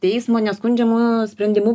teismo neskundžiamu sprendimu